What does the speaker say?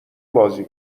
بازی